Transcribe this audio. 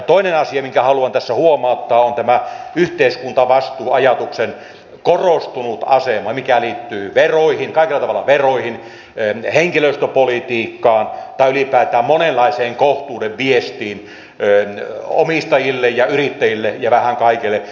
toinen asia minkä haluan tässä huomauttaa on tämä yhteiskuntavastuuajatuksen korostunut asema mikä liittyy kaikilla tavoilla veroihin henkilöstöpolitiikkaan tai ylipäätään monenlaiseen kohtuuden viestiin omistajille yrittäjille ja vähän kaikille